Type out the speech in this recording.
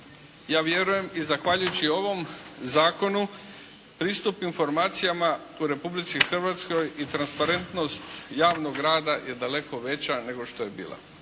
ja vjerujem i zahvaljujući ovom zakonu pristup informacijama u Republici Hrvatskoj i transparentnost javnog rada je daleko veća nego što je bila.